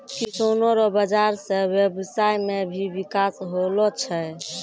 किसानो रो बाजार से व्यबसाय मे भी बिकास होलो छै